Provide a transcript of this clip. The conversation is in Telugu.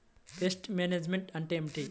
పెస్ట్ మేనేజ్మెంట్ అంటే ఏమిటి?